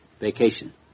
Vacation